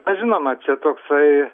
na žinoma čia toksai